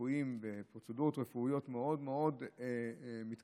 רפואיים ופרוצדורות רפואיות מאוד מאוד מתקדמות,